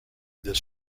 this